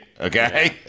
okay